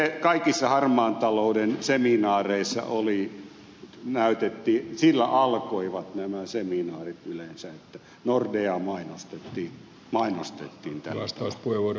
sillä kaikki harmaan talouden seminaarit alkoivat yleensä että nordeaa mainostettiin tällä tavalla